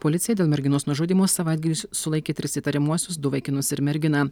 policija dėl merginos nužudymo savaitgalį s sulaikė tris įtariamuosius du vaikinus ir merginą